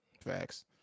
Facts